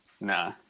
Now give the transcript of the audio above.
Nah